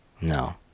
No